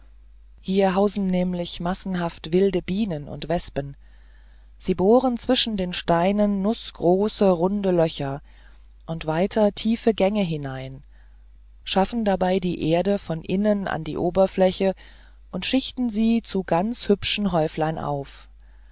hier hausen nämlich massenhaft wilde bienen und wespen sie bohren zwischen den steinen nußgroße runde löcher und weiter tiefe gänge hinein schaffen dabei die erde von innen an die oberfläche und schichten sie zu ganz hübschen häuflein auf